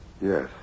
Yes